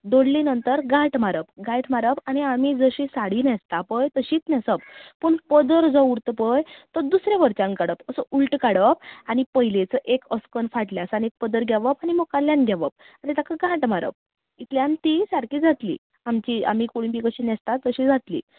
दोडली नंतर गांठ मारप आनी आमी जशी साडी न्हेसता पळय तशीच न्हेसप पूण पदर जो उरता पळय तो दुसरे वटच्यान काडप असो उलटो काडप आनी पयलीचो एक असोकन एक फाटल्यासान एक पदर घेवप आनी मुखाल्यान घेवप आनी ताका गांठ मारप इतल्यान ती सारकी जातली आमी कशी कूळमी न्हेसता तशी जातली